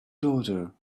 daughter